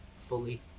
fully